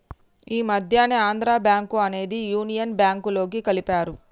ఈ మధ్యనే ఆంధ్రా బ్యేంకు అనేది యునియన్ బ్యేంకులోకి కలిపారు